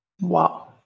Wow